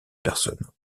personne